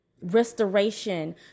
restoration